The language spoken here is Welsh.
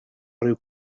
ryw